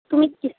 তুমি কি